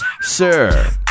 Sir